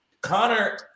Connor